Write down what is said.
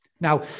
Now